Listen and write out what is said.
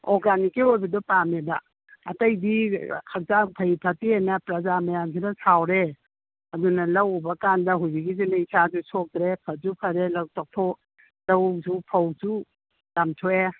ꯑꯣꯔꯒꯥꯟꯅꯤꯛꯀꯤ ꯑꯣꯏꯕꯗꯣ ꯄꯥꯝꯃꯦꯕ ꯑꯇꯩꯗꯤ ꯍꯛꯆꯥꯡ ꯐꯩ ꯐꯠꯇꯦꯅ ꯄ꯭ꯔꯖꯥ ꯃꯌꯥꯝꯁꯤꯗ ꯁꯥꯎꯔꯦ ꯑꯗꯨꯅ ꯂꯧ ꯎꯕꯀꯥꯟꯗ ꯍꯧꯖꯤꯛꯀꯤꯁꯤꯅ ꯏꯁꯥꯁꯨ ꯁꯣꯛꯇ꯭ꯔꯦ ꯐꯁꯨ ꯐꯔꯦ ꯂꯧꯁꯨ ꯐꯧꯁꯨ ꯌꯥꯝ ꯊꯣꯛꯑꯦ